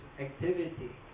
activity